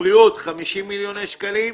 משרד הבריאות 50 מיליון שקלים.